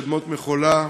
בשדמות-מחולה,